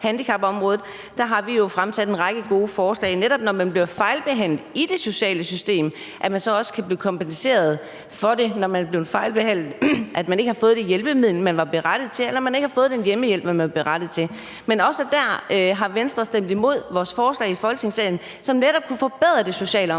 at vi har fremsat en række gode forslag. Når man bliver fejlbehandlet i det sociale system, skal man også kunne blive kompenseret for det. Det gælder også, når man ikke har fået det hjælpemiddel, man var berettiget til, eller man ikke har fået den hjælp, man var berettiget til. Men også der har Venstre stemt imod vores forslag i Folketingssalen, som netop kunne forbedre socialområdet,